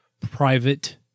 private